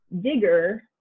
digger